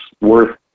worth